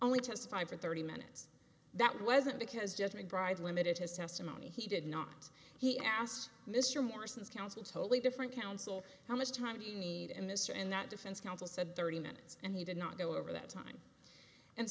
only testified for thirty minutes that wasn't because judge mcbride limited his testimony he did not he asked mr morrison is counsel totally different counsel how much time do you need and mr and that defense counsel said thirty minutes and he did not go over that time and